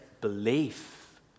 belief